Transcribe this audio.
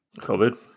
COVID